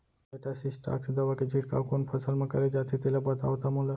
Metasystox दवा के छिड़काव कोन फसल म करे जाथे तेला बताओ त मोला?